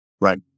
Right